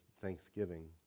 thanksgiving